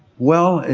well,